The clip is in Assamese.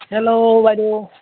হেল্ল' বাইদেউ